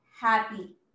happy